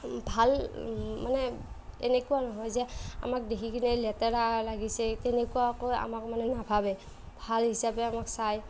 ভাল মানে এনেকুৱা নহয় যে আমাক দেখি কিনে লেতেৰা লাগিছে তেনেকুৱাকৈ আমাক মানে নাভাবে ভাল হিচাপে আমাক চায়